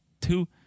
Two